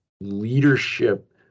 leadership